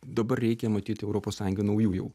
dabar reikia matyt europos sąjungai naujų jau